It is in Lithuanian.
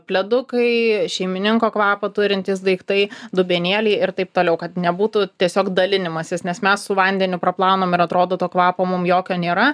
pledukai šeimininko kvapą turintys daiktai dubenėliai ir taip toliau kad nebūtų tiesiog dalinimasis nes mes su vandeniu praplaunam ir atrodo to kvapo mum jokio nėra